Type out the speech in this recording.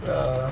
the